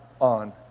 on